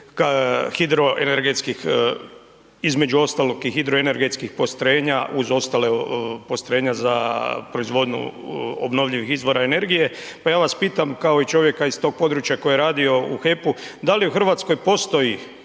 između ostalog i hidroenergetskih postrojenja uz ostala postrojenja za proizvodnju obnovljivih izvora energije. Pa ja vas pitam, kao i čovjeka iz tog područja koji je radio u HEP-u, da li u Hrvatskoj postoji